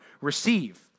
receive